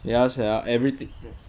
ya sia everything